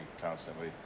constantly